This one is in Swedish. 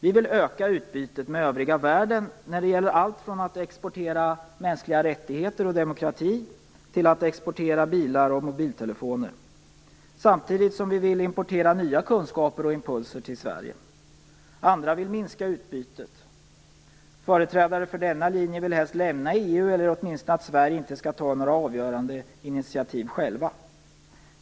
Vi vill öka utbytet med övriga världen när det gäller allt från att exportera mänskliga rättigheter och demokrati till att exportera bilar och mobiltelefoner, samtidigt som vi vill importera nya kunskaper och impulser till Sverige. Andra vill minska utbytet. Företrädare för denna linje vill helst att Sverige skall lämna EU eller åtminstone att Sverige inte skall ta några avgörande initiativ.